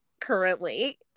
currently